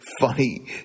funny